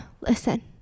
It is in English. listen